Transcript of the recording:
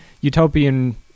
utopian